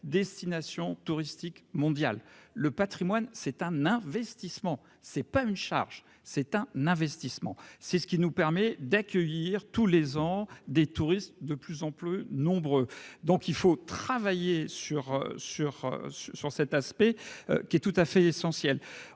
destination touristique mondiale, le Patrimoine, c'est un investissement, c'est pas une charge, c'est un investissement, c'est ce qui nous permet d'accueillir tous les ans des touristes de plus en plus nombreux, donc il faut travailler sur sur sur cet aspect qui est tout à fait essentiel